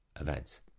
events